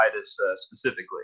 specifically